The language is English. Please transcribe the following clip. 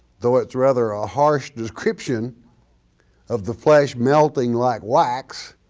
though it's rather a harsh description of the flesh melting like wax